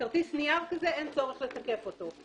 כרטיס נייר כזה אין צורך לתקף אותו.